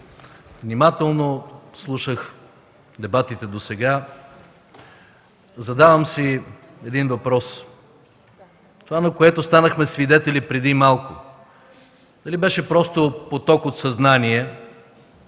Внимателно слушах дебатите досега. Задавам си един въпрос. Това, на което станахме свидетели преди малко, дали беше поток от съзнание,